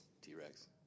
T-Rex